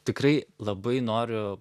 tikrai labai noriu